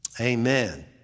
amen